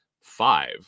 five